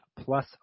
plus